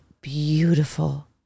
beautiful